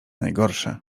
najgorsze